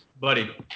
Buddy